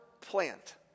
plant